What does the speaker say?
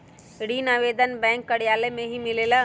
ऋण आवेदन बैंक कार्यालय मे ही मिलेला?